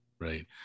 Right